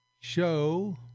show